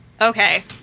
Okay